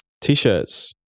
t-shirts